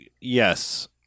yes